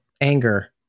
anger